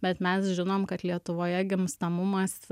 bet mes žinom kad lietuvoje gimstamumas